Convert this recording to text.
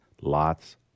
lots